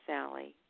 Sally